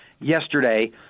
yesterday